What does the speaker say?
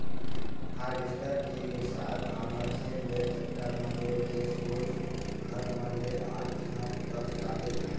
harvester के मिंसाए धान ल खेत ले टेक्टर म जोर के सोझ घर म ले आन तिहॉं बूता सिरागे